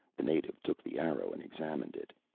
the native took the arrow and examined it.